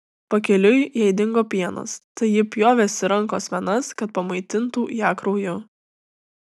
pakeliui jai dingo pienas tai ji pjovėsi rankos venas kad pamaitintų ją krauju